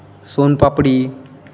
सोन पापडी